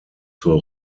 zur